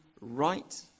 right